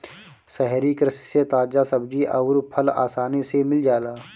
शहरी कृषि से ताजा सब्जी अउर फल आसानी से मिल जाला